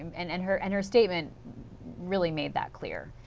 and and her and her statement really made that clear.